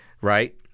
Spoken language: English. right